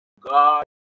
God